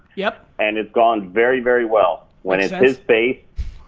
yeah and it's gone very, very well. when it's his base,